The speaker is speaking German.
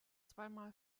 zweimal